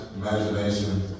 imagination